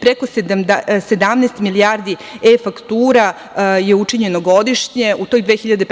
preko 17 milijardi e-faktura je učinjeno godišnje, u toj 2015. godini,